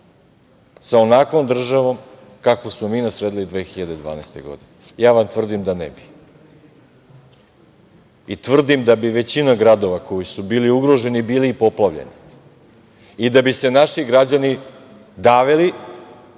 Sa onakvom državom kakvu smo mi nasledili 2012. godine. Ja vam tvrdim da ne bi. Tvrdim da bi većina gradova koji su bili ugroženi bili i poplavljeni i da bi se naši građani davili